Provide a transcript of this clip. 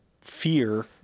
fear